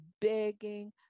begging